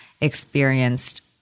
experienced